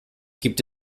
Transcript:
gibt